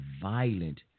violent